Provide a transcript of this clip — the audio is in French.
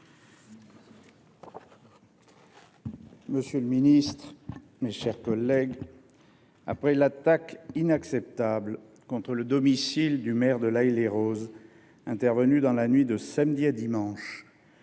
Monsieur le ministre, mes chers collègues, après l’attaque inacceptable contre le domicile du maire de L’Haÿ les Roses intervenue dans la nuit de samedi à dimanche,